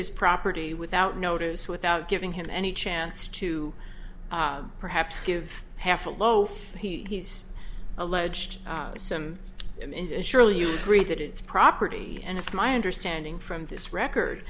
his property without notice without giving him any chance to perhaps give half a loaf he's alleged some into surely you agree that it's property and it's my understanding from this record